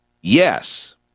Yes